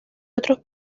otros